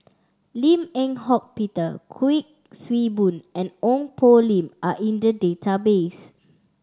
Lim Eng Hock Peter Kuik Swee Boon and Ong Poh Lim are in the database